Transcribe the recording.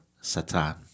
Satan